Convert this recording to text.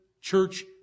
church